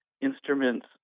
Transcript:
instruments